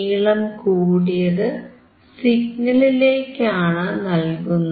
നീളം കൂടിയത് സിഗ്നലിലേക്കാണ് നൽകുന്നത്